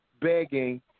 begging